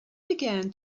began